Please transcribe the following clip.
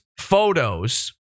photos